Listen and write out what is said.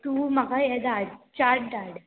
तूं म्हाका हें धाड चार्ट धाड